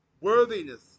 worthiness